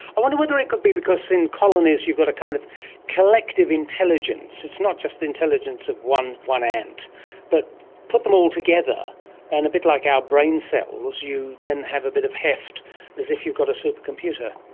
i wonder whether it could be because in colonies you've got a kind of collective intelligence, it's not just an intelligence of one one ant, but put them all together and, a bit like our brain cells, you then have a bit of heft as if you've got a supercomputer.